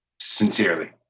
Sincerely